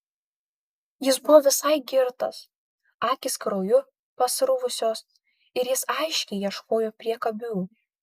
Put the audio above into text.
jis buvo visai girtas akys krauju pasruvusios ir jis aiškiai ieškojo priekabių